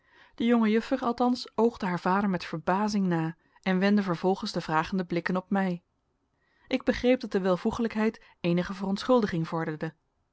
de jonge juffer althans oogde haar vader met verbazing na en wendde vervolgens de vragende blikken op mij ik begreep dat de welvoeglijkheid eenige verontschuldiging vorderde